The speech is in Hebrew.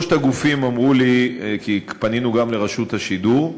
שלושת הגופים אמרו לי, כי פנינו גם לרשות השידור,